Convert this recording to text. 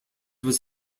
was